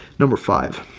number five